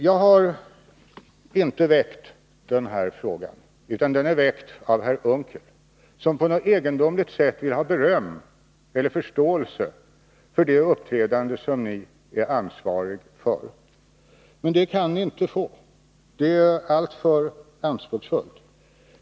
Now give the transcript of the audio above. Jag har inte väckt den här frågan, utan den är väckt av herr Unckel, som på något egendomligt sätt vill ha beröm eller förståelse för det uppträdande som ni är ansvariga för. Men det kan ni inte få. Det är alltför anspråksfullt.